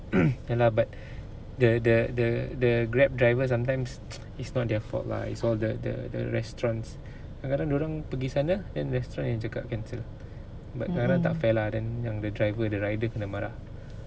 mm mm